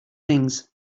things